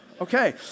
Okay